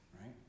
Right